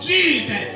Jesus